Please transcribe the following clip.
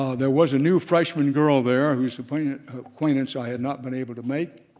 ah there was a new freshman girl there whose acquaintance acquaintance i had not been able to make,